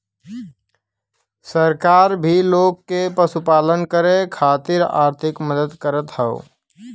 सरकार भी लोग के पशुपालन करे खातिर आर्थिक मदद करत हौ